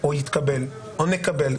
או יתקבל או נקבל,